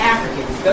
Africans